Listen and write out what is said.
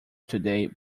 today